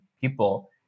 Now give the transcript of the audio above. people